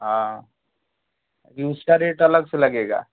हाँ उसका रेट अलग से लगेगा